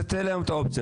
תן להם את האופציה,